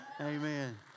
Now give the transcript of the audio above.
Amen